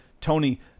Tony